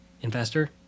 investor